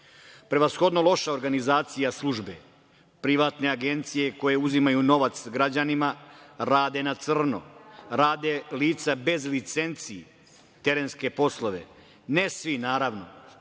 Prevashodno, loša organizacija službe, privatne agencije koje uzimaju novac građanima, rade na crno, rade lica bez licenci terenske poslove, ne svi, naravno,